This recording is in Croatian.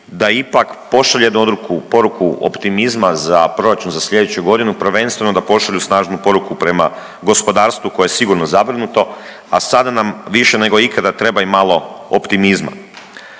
da ipak pošalje poruku optimizma za proračun za sljedeću godinu, prvenstveno da pošalju snažnu poruku prema gospodarstvu koje je sigurno zabrinuto, a sada nam više nego ikada treba i malo optimizma.